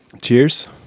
Cheers